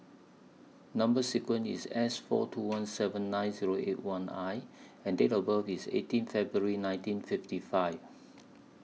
Number sequence IS S four two one seven nine Zero eight one I and Date of birth IS eighteen February nineteen fifty five